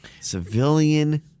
Civilian